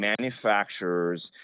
manufacturers